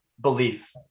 belief